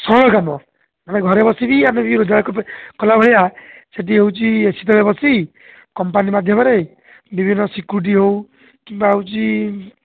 ସଅଁଳ କାମ ମାନେ ଘରେ ବସିକି ଆମେ ବି ରୋଜଗାର କରିପା କଲା ଭଳିଆ ସେଠି ହେଉଛି ଏ ସି ତଳେ ବସି କମ୍ପାନୀ ମାଧ୍ୟମରେ ବିଭିନ୍ନ ସ୍ୟୁକିରୀଟି ହଉ କିମ୍ବା ହେଉଛି